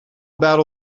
about